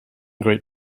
great